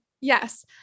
Yes